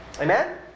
Amen